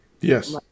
Yes